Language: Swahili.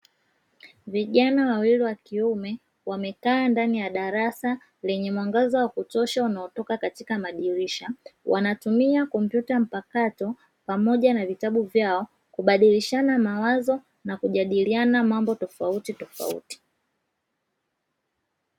Vijana wawili wa kiume wamekaa ndani ya darasa lenye mwangaza wa kutosha unaotoka katika madirisha. Wanatumia kompyuta mpakato pamoja na vitabu vyao na kubadilisha mawazo na kijadiliana mambo tofauti tofauti.